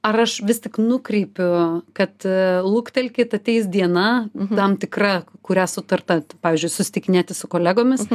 ar aš vis tik nukreipiu kad luktelkit ateis diena tam tikra kurią sutarta pavyzdžiui susitikinėti su kolegomis